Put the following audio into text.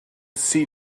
see